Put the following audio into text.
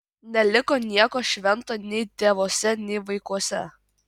neliko nieko švento nei tėvuose nei vaikuose